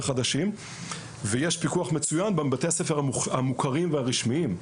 חדשים ויש פיקוח מצוין על בתי הספר המוכרים והרשמיים.